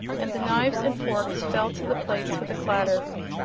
and the knives and forks fell to the plates with a clatter.